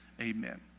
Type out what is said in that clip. amen